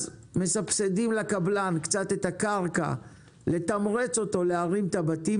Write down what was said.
מסבסדים לקבלן את הקרקע לתמרץ אותו להרים את הבתים